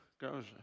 goes